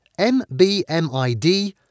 mbmid